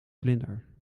vlinder